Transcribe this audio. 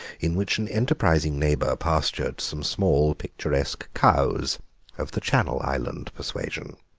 in which an enterprising neighbour pastured some small picturesque cows of the channel island persuasion.